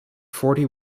forty